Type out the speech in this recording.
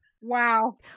Wow